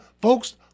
folks